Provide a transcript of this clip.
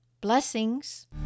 Blessings